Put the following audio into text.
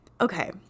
Okay